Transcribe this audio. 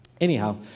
Anyhow